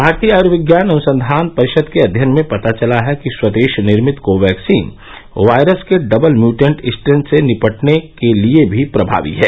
भारतीय आयूर्विज्ञान अनुसंधान परिषद के अध्ययन में पता चला है कि स्वदेश निर्मित कोवैक्सीन वायरस के डबल म्यूटेंट स्ट्रेन से निपटने के लिए भी प्रमावी है